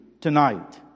tonight